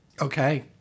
Okay